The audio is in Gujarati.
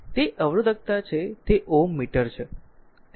તે અવરોધકતા છે તે Ω મીટર છે